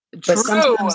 True